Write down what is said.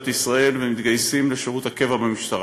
ישראל והם מתגייסים לשירות קבע במשטרה.